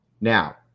Now